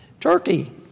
Turkey